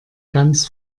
ganz